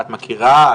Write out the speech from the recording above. את מכירה,